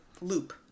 loop